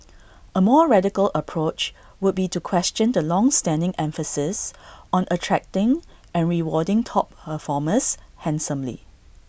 A more radical approach would be to question the longstanding emphasis on attracting and rewarding top performers handsomely